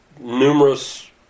numerous